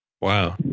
wow